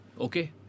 okay